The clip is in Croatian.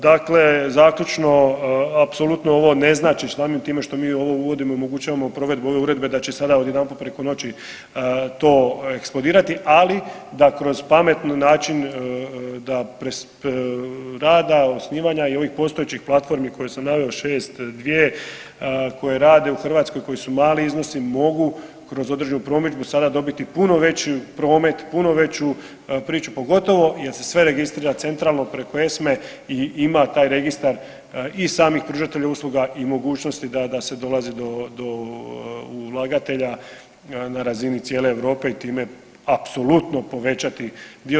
Dakle, zaključno apsolutno ovo ne znači samim time što mi ovo uvodimo i omogućavamo provedbu ove uredbe da će sada odjedanput preko noći to eksplodirati, ali da kroz pametan način da rada, osnivanja i ovih postojećih platformi koje sam naveo 6, 2 koje rade u Hrvatskoj koji su mali iznosi mogu kroz određenu promidžbu sada dobiti puno veći promet, puno veću priču pogotovo jer se registrira centralno preko ESME i ima taj registar i samih pružatelja usluga i mogućnosti da se dolazi do, do ulagatelja na razini cijele Europe i time apsolutno povećati dio.